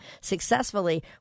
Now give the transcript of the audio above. successfully